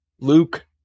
Luke